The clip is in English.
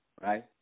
right